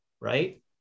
right